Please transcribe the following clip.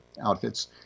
outfits